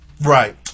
right